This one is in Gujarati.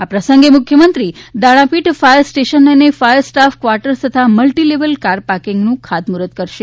આ પ્રસંગે મુખ્યમંત્રી દાણાપીઠ ફાયર સ્ટેશન અને ફાયર સ્ટાફ ક્વાર્ટસ તથા મલ્ટિલેવલ કાર પાર્કિંગનું ખાતમુફર્ત થશે